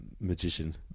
Magician